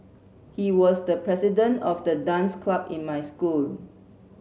he was the president of the dance club in my school